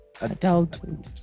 adulthood